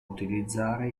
utilizzare